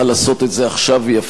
ויפה שעה אחת קודם.